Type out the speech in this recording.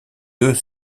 deux